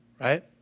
Right